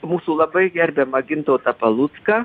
mūsų labai gerbiamą gintautą palucką